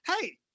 Hey